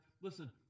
listen